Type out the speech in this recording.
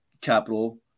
capital